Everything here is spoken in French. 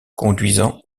conduisant